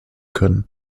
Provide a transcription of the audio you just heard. können